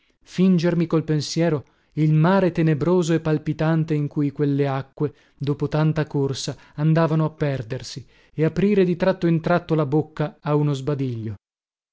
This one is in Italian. fingermi col pensiero il mare tenebroso e palpitante in cui quelle acque dopo tanta corsa andavano a perdersi e aprire di tratto in tratto la bocca a uno sbadiglio